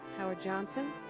howard johnson.